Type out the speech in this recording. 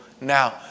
now